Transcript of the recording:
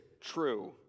true